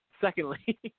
secondly